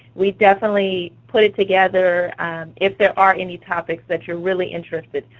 we'd definitely put it together if there are any topics that you're really interested,